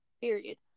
Period